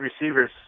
receivers